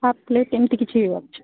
half plate ଏମତି କିଛି ଅଛି